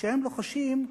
כשהם לוחשים,